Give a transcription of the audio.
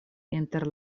inter